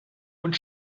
und